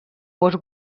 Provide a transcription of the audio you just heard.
gos